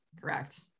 Correct